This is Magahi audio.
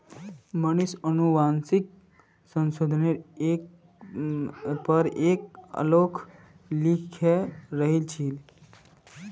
मनीष अनुवांशिक संशोधनेर पर एक आलेख लिखे रहिल छील